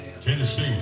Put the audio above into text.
Tennessee